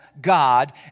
God